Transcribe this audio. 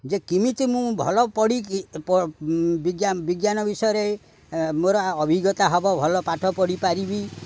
ଯେ କେମିତି ମୁଁ ଭଲ ପଢ଼ିକି ବିଜ୍ଞାନ ବିଷୟରେ ମୋର ଅଭିଜ୍ଞତା ହବ ଭଲ ପାଠ ପଢ଼ିପାରିବି